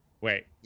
wait